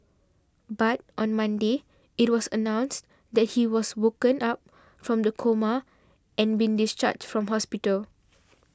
but on Monday it was announced that he has woken up from the coma and been discharged from hospital